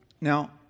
Now